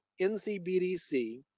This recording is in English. NCBDC